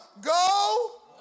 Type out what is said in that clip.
Go